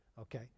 okay